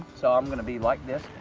so i'm gonna be like this.